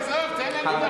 עזוב, עזוב, תן,